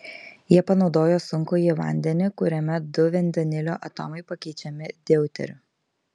jie panaudojo sunkųjį vandenį kuriame du vandenilio atomai pakeičiami deuteriu